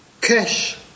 cash